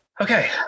okay